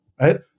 right